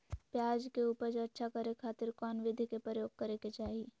प्याज के उपज अच्छा करे खातिर कौन विधि के प्रयोग करे के चाही?